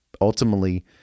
Ultimately